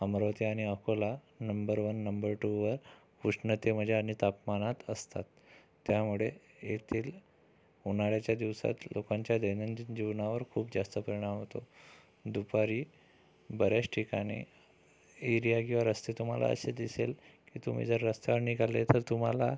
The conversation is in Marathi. अमरावती आणि Akola number one number two व उष्णतेमध्ये आणि तापमानात असतात त्यामुळे येथील उन्हाळ्याच्या दिवसात लोकांच्या दैनंदिन जीवनावर खूप जास्त परिणाम होतो दुपारी बऱ्याच ठिकाणी एरिया किंवा रस्ते तुम्हाला असे दिसेल की तुम्ही जर रस्त्यावर निघाले तर तुम्हाला